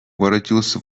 воротился